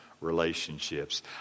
relationships